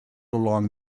along